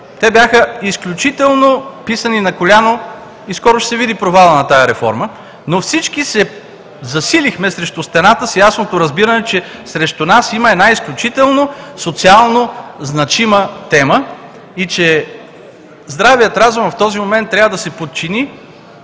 Те бяха изключително писани на коляно и скоро ще се види провалът на тази реформа, но всички се засилихме срещу стената с ясното разбиране, че срещу нас има една изключително социално значима тема и че здравият разум в този момент трябва да се подчини